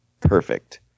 perfect